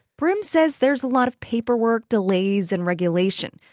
brim said there's a lot of paperwork, delays and regulation.